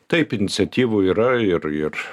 taip iniciatyvų yra ir ir